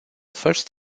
first